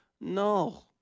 No